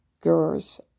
girls